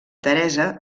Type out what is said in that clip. teresa